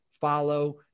follow